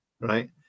right